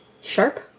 sharp